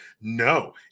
No